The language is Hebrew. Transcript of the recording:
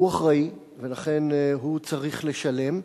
הוא אחראי, ולכן הוא צריך לשלם.